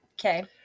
Okay